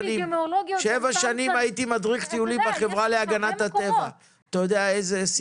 מדריך בחברה להגנת הטבע בעברי,